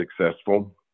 successful